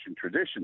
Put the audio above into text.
tradition